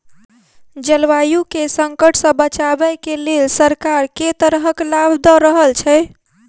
जलवायु केँ संकट सऽ बचाबै केँ लेल सरकार केँ तरहक लाभ दऽ रहल छै?